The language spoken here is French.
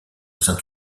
saint